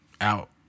out